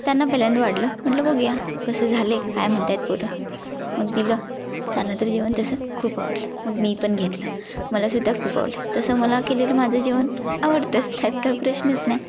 त्यांना पहिल्यांदा वाढलं म्हटलं बघूया कसं झाले काय म्हणत आहेत पोरं मग दिलं त्यांना तर जेवण तसं खूप आवडलं मग मी पण घेतलं मलासुद्धा खूप आवडलं तसं मला केलेलं माझं जेवण आवडतंच त्यात काय प्रश्नच नाही